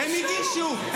הם הגישו.